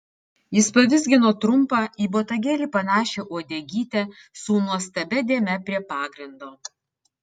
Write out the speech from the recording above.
jis pavizgino trumpą į botagėlį panašią uodegytę su nuostabia dėme prie pagrindo